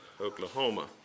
Oklahoma